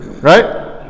right